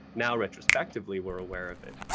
now retrospectively we're away of it,